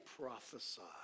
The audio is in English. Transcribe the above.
prophesied